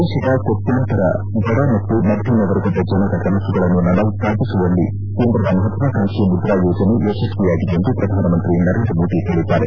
ದೇಶದ ಕೋಟ್ಕಾಂತರ ಬಡ ಮತ್ತು ಮಧ್ಯಮ ವರ್ಗದ ಜನರ ಕನಸುಗಳನ್ನು ನನಸಾಗಿಸುವಲ್ಲಿ ಕೇಂದ್ರದ ಮಹತ್ವಾಕಾಂಕ್ಷಿ ಮುದ್ರಾ ಯೋಜನೆ ಯಶಸ್ವಿಯಾಗಿದೆ ಎಂದು ಪ್ರಧಾನಮಂತ್ರಿ ನರೇಂದ್ರ ಮೋದಿ ಹೇಳಿದ್ದಾರೆ